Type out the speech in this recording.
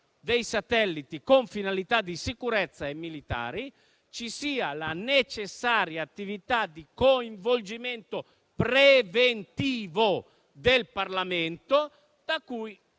dei satelliti con finalità di sicurezza e militari, ci sia la necessaria attività di coinvolgimento preventivo del Parlamento, da cui